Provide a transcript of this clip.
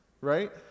Right